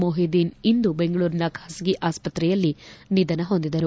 ಮೊಹಿದೀನ್ ಅವರು ಇಂದು ಬೆಂಗಳೂರಿನ ಬಾಸಗಿ ಆಸ್ತತ್ರೆಯಲ್ಲಿ ನಿಧನ ಹೊಂದಿದರು